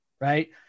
right